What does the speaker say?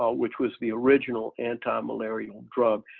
ah which was the original anti-malarial drug.